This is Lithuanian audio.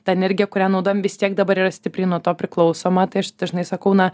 ta energija kurią naudojam vis tiek dabar yra stipriai nuo to priklausoma tai aš dažnai sakau na